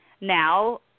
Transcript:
now